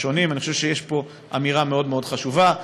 אני חושב שיש פה אמירה מאוד מאוד חשובה.